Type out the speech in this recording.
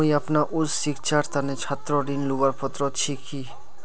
मुई अपना उच्च शिक्षार तने छात्र ऋण लुबार पत्र छि कि?